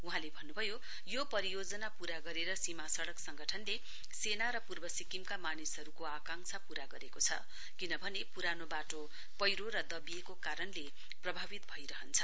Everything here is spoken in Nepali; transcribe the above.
वहाँले भन्नुभयो यो परियोजना पूरा गरेर सीमा सड़क संगठनले सेना र पूर्व सिक्किमका मानिसहरुको आकांक्षा पूरा गरेको छ किनभने पुरानो वाटो पैह्रो र दविएको कारणले प्रभावित भइरहन्छ